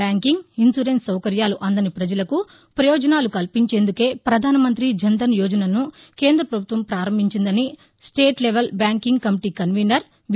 banking insurance సౌకర్యాలు అందని ప్రజలకు ప్రయోజనాలు కల్పించేందుకే ప్రధానమంతి జన్ధన్ యోజనను కేంద్ర ప్రభుత్వం ప్రారంభించిందని state level banking committee convener వి